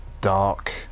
Dark